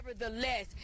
Nevertheless